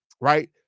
right